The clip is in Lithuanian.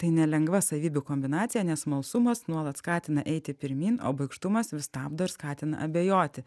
tai nelengva savybių kombinacija nes smalsumas nuolat skatina eiti pirmyn o baikštumas vis stabdo ir skatina abejoti